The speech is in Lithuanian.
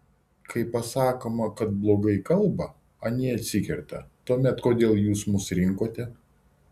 kai pasakoma kad blogai kalba anie atsikerta tuomet kodėl jūs mus rinkote